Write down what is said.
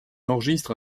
enregistre